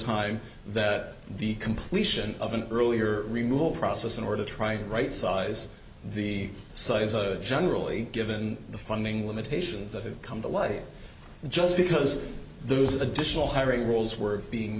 time that the completion of an earlier remove process in order to try to right size the size a generally given the funding limitations that have come to light just because those additional hiring roles were being